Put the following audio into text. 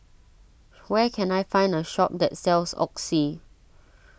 where can I find a shop that sells Oxy